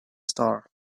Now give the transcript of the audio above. star